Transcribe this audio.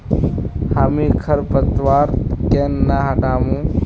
हामी खरपतवार केन न हटामु